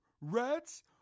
Rats